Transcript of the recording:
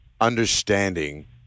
understanding